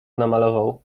namalował